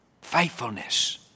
Faithfulness